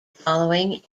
following